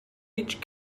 each